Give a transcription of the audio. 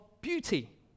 beauty